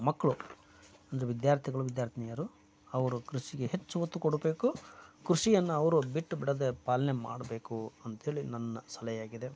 ಮಕ್ಕಳು ಅಂದರೆ ವಿದ್ಯಾರ್ಥಿಗಳು ವಿದ್ಯಾರ್ಥಿನಿಯರು ಅವರು ಕೃಷಿಗೆ ಹೆಚ್ಚು ಒತ್ತು ಕೊಡಬೇಕು ಕೃಷಿಯನ್ನು ಅವರು ಬಿಟ್ಟು ಬಿಡದೇ ಪಾಲನೆ ಮಾಡಬೇಕು ಅಂತೇಳಿ ನನ್ನ ಸಲಹೆಯಾಗಿದೆ